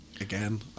again